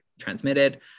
transmitted